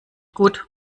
gut